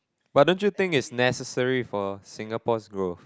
but don't you think it's necessary for Singapore's growth